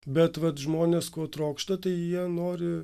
bet vat žmonės ko trokšta tai jie nori